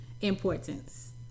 importance